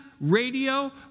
radio